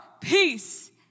Peace